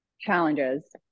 challenges